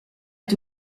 est